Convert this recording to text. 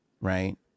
right